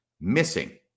missing